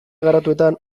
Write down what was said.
garatuetan